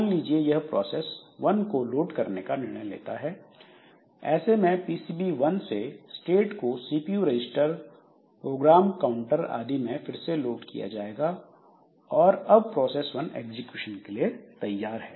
मान लीजिए यह प्रोसेस वन को लोड करने का निर्णय लेता है ऐसे में पीसीबी 1 से स्टेट को सीपीयू रजिस्टर प्रोग्राम काउंटर आदि में फिर से लोड किया जाएगा और अब प्रोसेस वन एग्जीक्यूशन के लिए तैयार है